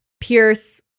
Pierce